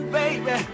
baby